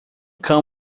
cão